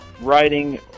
writing